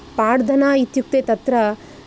पाड्धना इत्युक्ते तत्र